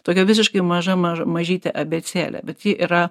tokia visiškai maža maž mažytė abėcėlė bet ji yra